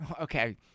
Okay